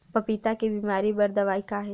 पपीता के बीमारी बर दवाई का हे?